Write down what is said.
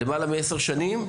למעלה מעשר שנים?